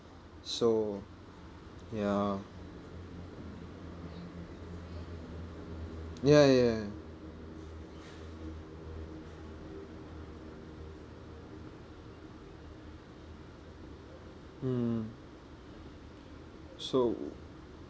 so ya ya ya ya ya mm so